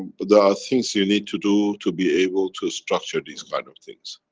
but are things you need to do to be able to structure these kind of things.